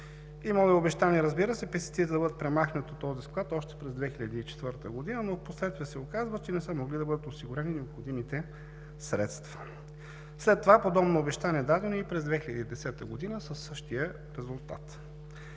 е обещание, разбира се, пестицидите да бъдат премахнати от този склад още през 2004 г., но впоследствие се оказва, че не са могли да бъдат осигурени необходимите средства. След това подобно обещание е дадено и през 2010 г. със същия резултат.